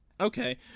okay